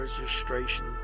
Registration